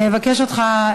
אני אבקש ממך,